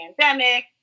pandemic